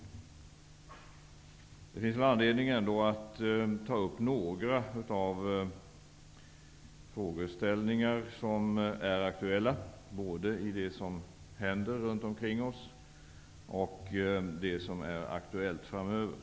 Men det finns ändå anledning att ta upp några frågor som berör både det som nu händer runt omkring oss och det som kommer att bli aktuellt framöver.